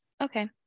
Okay